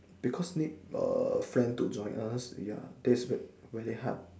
because need err friend to join us ya that's very hard